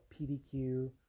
PDQ